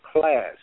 class